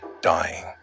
dying